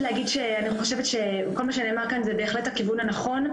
להגיד שאני חושבת שכל מה שנאמר כאן זה בהחלט הכיוון הנכון,